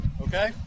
Okay